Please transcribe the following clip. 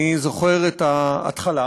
אני זוכר את ההתחלה,